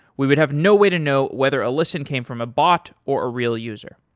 we would have no way to know whether a listen came from a bot or a real user.